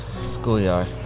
schoolyard